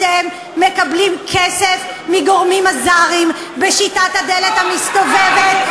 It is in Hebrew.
אתם מקבלים כסף מגורמים אזריים בשיטת הדלת המסתובבת.